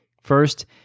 First